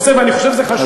ואני חושב שזה חשוב.